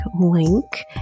link